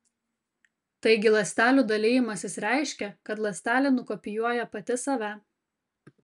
taigi ląstelių dalijimasis reiškia kad ląstelė nukopijuoja pati save